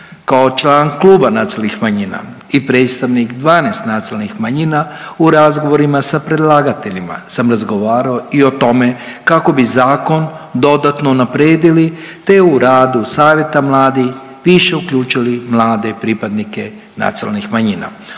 kao član Kluba nacionalnih manjina i predstavnik 12 nacionalnih manjina u razgovorima sa predlagateljima sam razgovarao i o tome kako bi zakon dodatno unaprijedili, te u radu Savjeta mladih više uključili mlade pripadnike nacionalnih manjina.